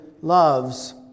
loves